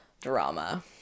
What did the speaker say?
drama